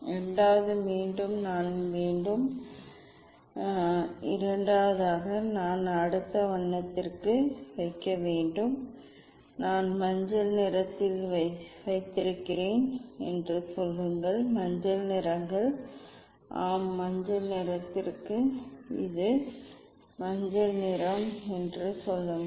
இரண்டாவது மீண்டும் நான் வேண்டும் இரண்டாவதாக நான் அடுத்த வண்ணத்திற்கு வைக்க வேண்டும் நேரம் 3018 ஐப் பார்க்கவும் நான் மஞ்சள் நிறத்தில் வைத்திருக்கிறேன் என்று சொல்லுங்கள் மஞ்சள் நிறங்கள் ஆம் மஞ்சள் நிறத்திற்கு இது மஞ்சள் நிறம் என்று சொல்லுங்கள்